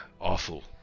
awful